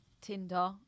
Tinder